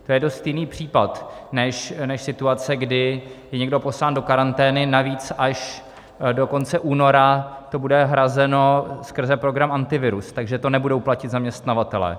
To je dost jiný případ než situace, kdy je někdo poslán do karantény, navíc až do konce února to bude hrazeno skrze program Antivirus, takže to nebudou platit zaměstnavatelé.